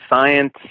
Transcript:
science